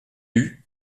hue